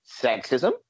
sexism